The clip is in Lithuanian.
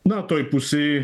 na toj pusėj